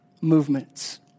movements